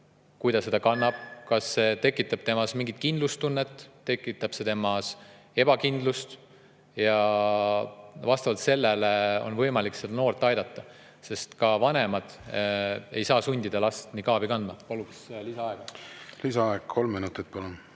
kui ta seda kannab, ja kas see tekitab temas mingit kindlustunnet või tekitab see temas ebakindlust. Vastavalt sellele on võimalik noort aidata, sest ka vanemad ei saa sundida last nikaabi kandma. Paluks lisaaega. Lisaaeg kolm minutit, palun!